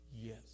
Yes